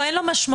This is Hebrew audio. אין לו משמעות.